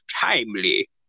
Timely